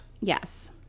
Yes